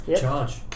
Charge